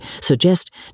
suggest